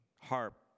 harp